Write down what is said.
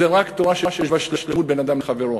זו רק תורה שיש בה שלמות בין אדם לחברו.